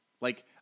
Like-